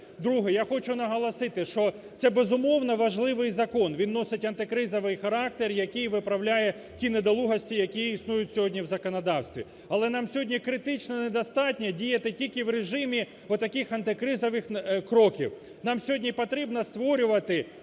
Друге. Я хочу наголосити, що це, безумовно, важливий закон, він носить антикризовий характер, який виправляє ті недолугості, які існують сьогодні в законодавстві. Але нам сьогодні критично недостатньо діяти тільки в режимі отаких антикризових кроків. Нам сьогодні потрібно створювати